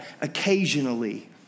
occasionally